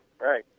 Right